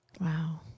Wow